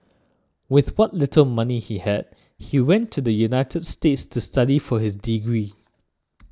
with what little money he had he went to the United States to study for his degree